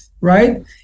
right